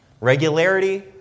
Regularity